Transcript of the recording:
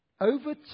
Over